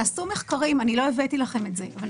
נעשו מחקרים לא הבאתי לכם אותם על